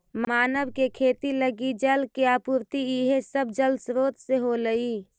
मानव के खेती लगी जल के आपूर्ति इहे सब जलस्रोत से होलइ